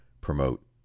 promote